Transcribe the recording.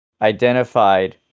identified